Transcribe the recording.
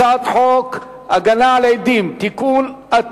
הצעת חוק להגנה על עדים (תיקון),